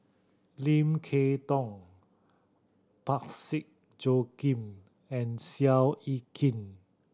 Lim Kay Tong Parsick Joaquim and Seow Yit Kin